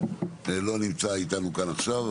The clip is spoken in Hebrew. לא נמצא איתנו כאן עכשיו,